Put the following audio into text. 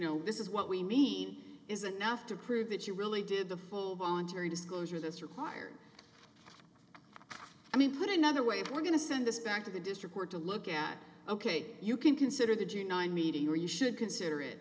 know this is what we mean isn't enough to prove that you really did the full voluntary disclosure that's required i mean put another way we're going to send this back to the district were to look out ok you can consider the deny meeting or you should consider it